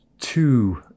two